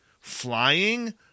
flying